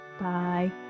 Bye